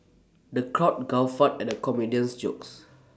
the crowd guffawed at the comedian's jokes